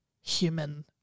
human